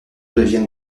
deviennent